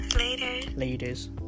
Ladies